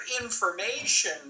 information